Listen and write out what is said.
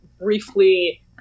briefly